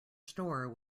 store